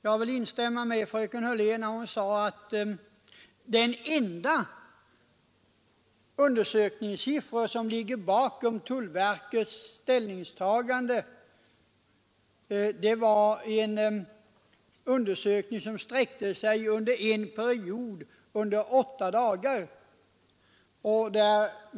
Jag instämmer med fröken Hörlén i att den enda undersökningssiffra som ligger bakom tullverkets ställningstagande härrör från en undersökning som pågick endast åtta dagar.